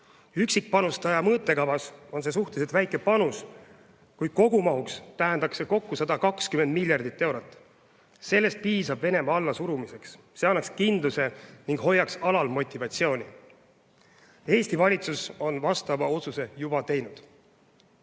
Üksikpanustaja mõõtkavas on see suhteliselt väikene panus, kuid kogumahus tähendaks see kokku 120 miljardit eurot. Sellest piisab Venemaa allasurumiseks, see annaks kindluse ning hoiaks alal motivatsiooni. Eesti valitsus on vastava otsuse juba teinud.